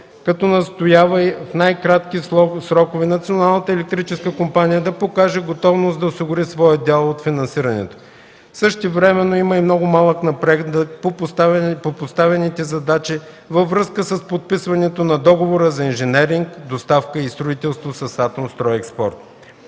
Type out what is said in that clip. като настоява в най-кратки срокове Националната електрическа компания да покаже готовност да осигури своя дял от финансирането. Същевременно има и много малък напредък по поставените задачи във връзка с подписването на договора за инженеринг, доставка и строителство с „Атомстройекспорт”.